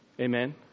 Amen